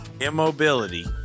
immobility